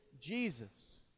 Jesus